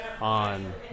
on